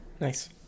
Nice